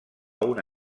una